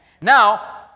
Now